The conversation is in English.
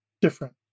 Different